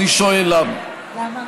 אני שואל למה.